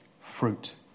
fruit